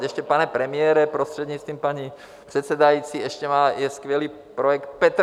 Ještě, pane premiére, prostřednictvím paní předsedající, je skvělý projekt Petrkov.